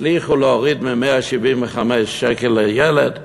והצליחו להוריד מ-175 שקלים לילד ל-140,